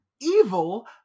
Evil